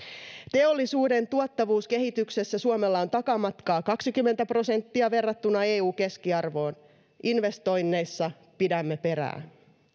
teollisuuden tuottavuuskehityksessä suomella on takamatkaa kaksikymmentä prosenttia verrattuna eu keskiarvoon investoinneissa pidämme perää